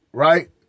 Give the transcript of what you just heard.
right